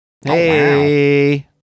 Hey